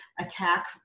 attack